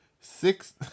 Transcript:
six